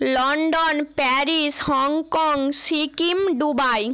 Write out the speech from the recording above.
London Paris Hong Kong Sikkim Dubai